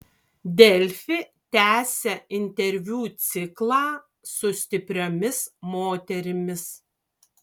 delfi tęsia interviu ciklą su stipriomis moterimis